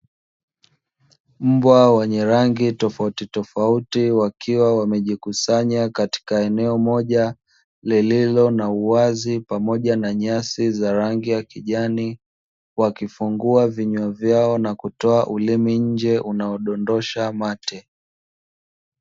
Mbwa wenye rangi tofautitofauti wakiwa wamejikusanya katika eneo moja lililo na uwazi pamoja na nyasi za rangi ya kijani, wakifungua vinywa vyao na kutoa ulimi nje unaodondosha mate.